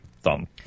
thumb